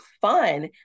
fun